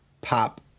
pop